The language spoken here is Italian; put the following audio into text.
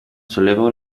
sollevò